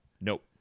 Nope